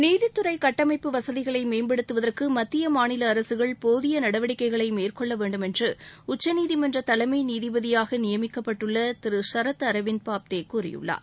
நீதித்துறை கட்டமைப்பு வசதிகளை மேம்படுத்துவதற்கு மத்திய மாநில அரசுகள் போதிய நடவடிக்கைகளை மேற்கொள்ள வேண்டும் என்று உச்சநீதிமன்ற தலைமை நீதிபதியாக நியமிக்கப்பட்டுள்ள திரு சரத் அரவிந்த் பாப்தே கூறியுள்ளார்